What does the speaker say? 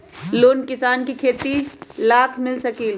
Loan किसान के खेती लाख मिल सकील?